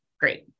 Great